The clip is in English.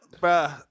bro